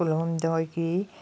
ꯀꯨꯟꯍꯨꯝꯗꯣꯏꯒꯤ